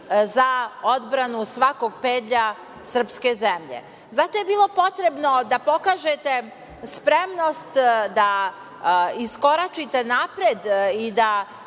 za odbranu svakog pedalja srpske zemlje. Zato je bilo potrebno da pokažete spremnost da iskoračite napred i da